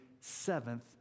seventh